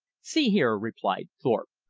see here, replied thorpe,